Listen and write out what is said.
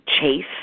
chase